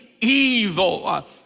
evil